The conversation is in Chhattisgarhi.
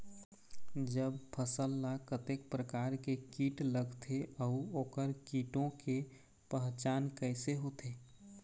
जब फसल ला कतेक प्रकार के कीट लगथे अऊ ओकर कीटों के पहचान कैसे होथे?